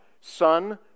son